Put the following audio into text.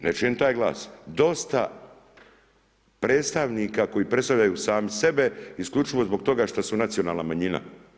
Ne čujem taj glas, dosta predstavnika koji predstavljaju sami sebe isključivo zbog toga štosu nacionalna manjina.